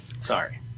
Sorry